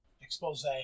expose